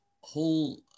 whole